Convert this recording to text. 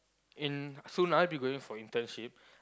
in soon I'll be going for internship